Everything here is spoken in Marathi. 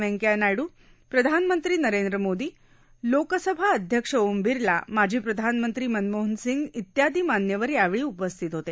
वेंकय्या नायडू प्रधानमंत्री नरेंद्र मोदी लोकसभा अध्यक्ष ओम बिरला माजी प्रधानमंत्री मनमोहन सिंग इत्यादी मान्यवर यावेळी उपस्थित होते